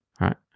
right